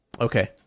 Okay